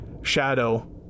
Shadow